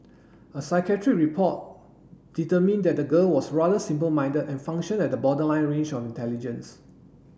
a psychiatric report determined that the girl was rather simple minded and functioned at the borderline range of intelligence